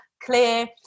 clear